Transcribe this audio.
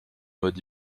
mode